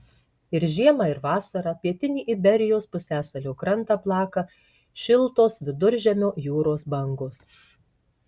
ir žiemą ir vasarą pietinį iberijos pusiasalio krantą plaka šiltos viduržemio jūros bangos